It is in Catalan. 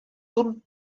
d’un